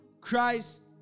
Christ